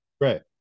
Right